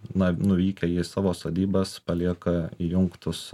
na nuvykę į savo sodybas palieka įjungtus